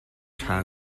ṭha